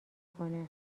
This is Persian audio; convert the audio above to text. کنه